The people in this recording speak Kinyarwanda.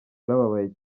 yarababaye